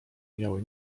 miały